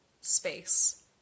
space